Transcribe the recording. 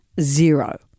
zero